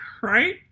right